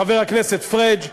חבר הכנסת פריג',